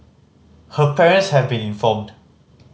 her parents have been informed